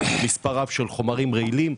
מספר רב של חומרים רעילים.